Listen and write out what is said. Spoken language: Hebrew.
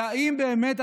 והאם באמת,